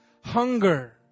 Hunger